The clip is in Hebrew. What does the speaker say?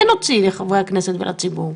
כן נוציא לחברי הכנסת ולציבור.